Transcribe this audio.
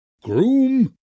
groom